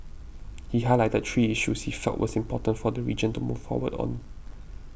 he highlighted three issues he felt was important for the region to move forward on